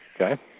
Okay